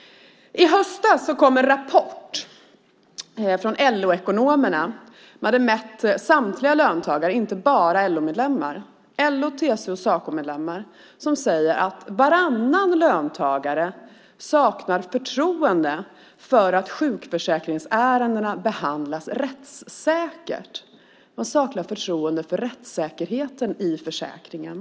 I höstas kom en rapport från LO-ekonomerna. De hade mätt samtliga löntagare, inte bara LO-medlemmar utan medlemmar i LO, TCO och Saco. Man konstaterade att varannan löntagare saknar förtroende för att sjukförsäkringsärendena behandlas rättssäkert. Man saknar förtroende för rättssäkerheten i försäkringen.